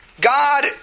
God